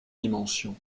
dimensions